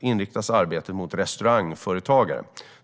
inriktas arbetet på restaurangföretagare.